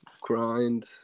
Grind